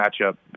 matchup